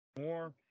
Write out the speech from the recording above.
more